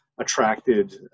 attracted